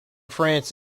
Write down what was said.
france